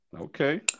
Okay